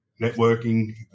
Networking